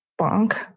bonk